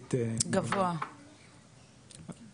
אז עולה פה שאלה,